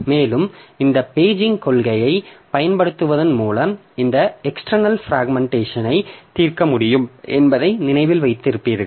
மேலும் இந்த பேஜிங் கொள்கையைப் பயன்படுத்துவதன் மூலம் இந்த எக்ஸ்டர்னல் பிராக்மென்ட்டேஷன் தீர்க்க முடியும் என்பதை நினைவில் வைத்திருப்பீர்கள்